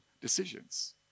decisions